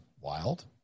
wild